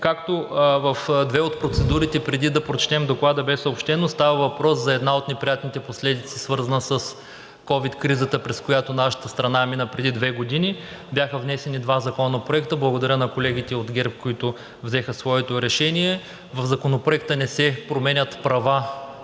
както в две от процедурите преди да прочетем доклада бе съобщено, става въпрос за една от неприятните последици, свързана с ковид кризата, през която нашата страна мина преди две години. Бяха внесени два законопроекта. Благодаря на колегите от ГЕРБ, които взеха своето решение. В Законопроекта не се променят права